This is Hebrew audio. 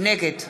נגד